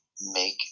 make